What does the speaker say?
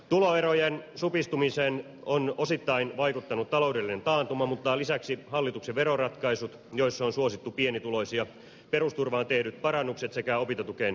tuloerojen supistumiseen on osittain vaikuttanut taloudellinen taantuma mutta lisäksi hallituksen veroratkaisut joissa on suosittu pienituloisia perusturvaan tehdyt parannukset sekä opintotukeen tehdyt korotukset